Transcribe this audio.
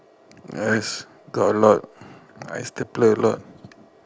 is got a lot I stapler a lot